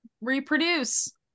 reproduce